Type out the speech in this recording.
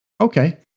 okay